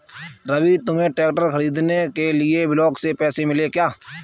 रवि तुम्हें ट्रैक्टर खरीदने के लिए ब्लॉक से पैसे मिले क्या?